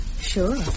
Sure